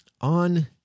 On